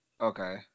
Okay